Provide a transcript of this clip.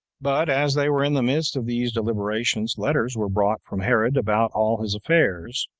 but as they were in the midst of these deliberations, letters were brought from herod about all his affairs,